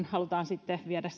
halutaan sitten viedä